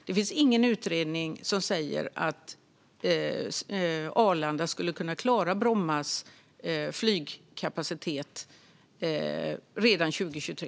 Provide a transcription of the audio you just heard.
Det finns ingen utredning som säger att Arlanda skulle kunna klara Brommas flygkapacitet redan 2023.